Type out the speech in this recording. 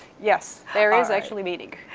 yes, there is actually meaning.